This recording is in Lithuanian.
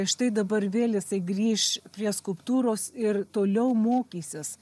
štai dabar vėl jisai grįš prie skulptūros ir toliau mokysis